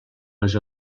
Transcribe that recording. les